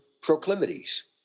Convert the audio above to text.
proclivities